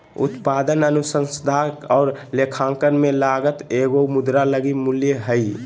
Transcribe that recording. उत्पादन अनुसंधान और लेखांकन में लागत एगो मुद्रा लगी मूल्य हइ